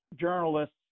journalists